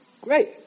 great